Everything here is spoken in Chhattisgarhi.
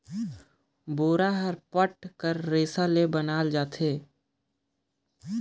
बोरा हर पट कर रेसा ले बनाल जाथे